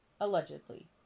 Allegedly